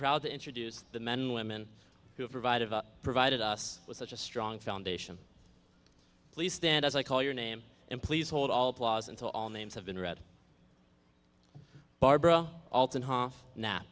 proud to introduce the men and women who have provided provided us with such a strong foundation please stand as i call your name and please hold all applause until all names have been read barbara alton